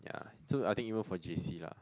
so I think even for J_C lah